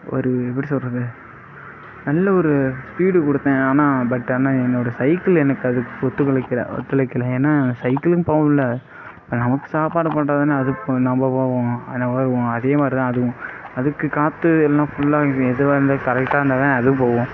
ஒரு எப்படி சொல்வது நல்ல ஒரு ஸ்பீடு கொடுத்தேன் ஆனால் பட் ஆனால் என்னோடய சைக்கிள் எனக்கு அது ஒத்துழைக்கலை ஒத்துழைக்கலை ஏன்னால் சைக்கிளும் போகல்ல இப்போ நமக்கு சாப்பாடு போட்டால்தான அது நம்ப போவோம் நகருவோம் அதே மாதிரிதான் அதுவும் அதுக்கு காத்து எல்லாம் ஃபுல்லாக எதுவும் வந்து கரெக்ட்டாக இருந்தால்தான் அதுவும் போகும்